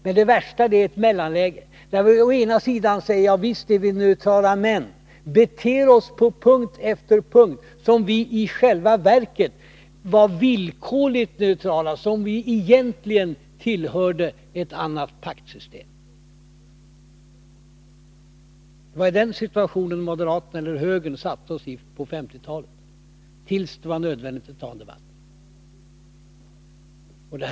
Men det värsta är ett mellanläge, där vi å ena sidan säger att vi är neutrala men å andra sidan på punkt efter punkt beter oss som om vi i själva verket var villkorligt neutrala, som om vi egentligen tillhörde ett paktsystem. Det var den situationen högern försatte oss i på 1950-talet, tills det blev nödvändigt att ta upp en debatt med den.